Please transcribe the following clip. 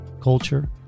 culture